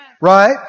Right